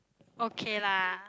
okay lah